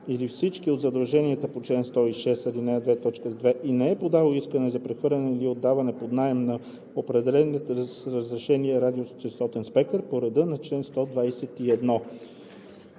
или всички от задълженията по чл. 106, ал. 2, т. 2 и не е подало искане за прехвърляне или отдаване под наем на предоставения с разрешение радиочестотен спектър по реда на чл. 121.“